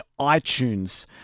iTunes